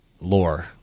lore